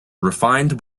refined